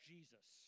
Jesus